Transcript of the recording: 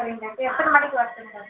சரிங்க டாக்டர் எத்தனை மணிக்கு வரணுங்க டாக்டர்